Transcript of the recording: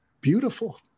beautiful